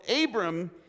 Abram